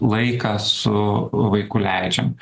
laiką su vaiku leidžiam